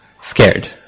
scared